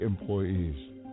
employees